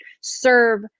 serve